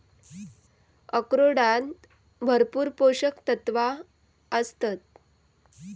अक्रोडांत भरपूर पोशक तत्वा आसतत